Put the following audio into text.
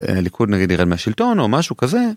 ליכוד נגיד ירד מהשלטון, או משהו כזה.